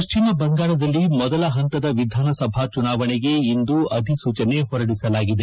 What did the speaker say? ಪಶ್ಲಿಮ ಬಂಗಾಳದಲ್ಲಿ ಮೊದಲ ಹಂತದ ವಿಧಾನಸಭಾ ಚುನಾವಣೆಗೆ ಇಂದು ಅಧಿಸೂಚನೆ ಹೊರಡಿಸಲಾಗಿದೆ